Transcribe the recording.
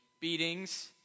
beatings